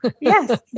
Yes